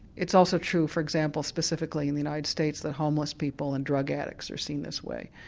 it's also true for example specifically in the united states that homeless people and drug addicts are seen this way.